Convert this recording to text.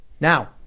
Now